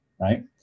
right